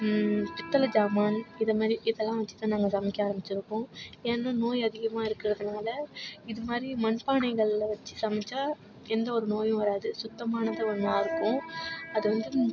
பித்தளை ஜாமான் இதமாரி இதெல்லாம் வச்சுதான் நாங்கள் சமைக்க ஆரம்பிச்சிருக்கோம் ஏன்னால் நோய் அதிகமாக இருக்கிறதுனால இதுமாதிரி மண்பானைகளில் வச்சு சமைச்சால் எந்தவொரு நோயும் வராது சுத்தமானது ஒன்னா இருக்கும் அது வந்து